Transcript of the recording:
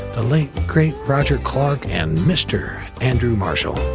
the late great roger clark, and mr. andrew marshall.